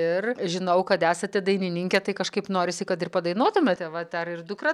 ir žinau kad esate dainininkė tai kažkaip norisi kad ir padainuotumėte vat dar ir dukra